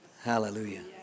Hallelujah